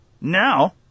now